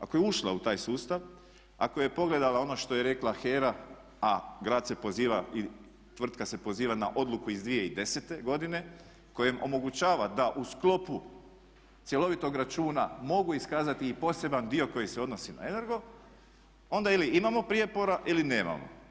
Ako je ušla u taj sustav, ako je pogledala ono što je rekla HERA, a grad se poziva i tvrtka se poziva na odluku iz 2010. godine kojem omogućava da u sklopu cjelovitog računa mogu iskazati i poseban dio koji se odnosi na Energo, onda ili imamo prijepora ili nemamo.